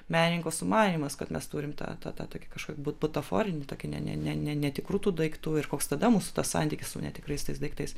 menininko sumanymas kad mes turim tą tą tokį kažkokį butaforinį tokį ne ne ne ne netikrų tų daiktų ir koks tada mūsų santykis su netikrais tais daiktais